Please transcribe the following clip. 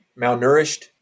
malnourished